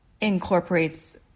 incorporates